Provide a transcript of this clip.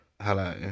hello